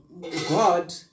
God